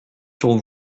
sur